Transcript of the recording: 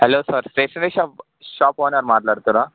hello sir stationery shop shop owner మాట్లాడుతున్నారా